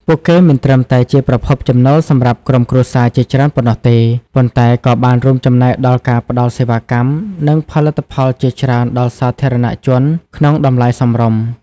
ពួកគេមិនត្រឹមតែជាប្រភពចំណូលសម្រាប់ក្រុមគ្រួសារជាច្រើនប៉ុណ្ណោះទេ ប៉ុន្តែក៏បានរួមចំណែកដល់ការផ្តល់សេវាកម្ម និងផលិតផលជាច្រើនដល់សាធារណជនក្នុងតម្លៃសមរម្យ ។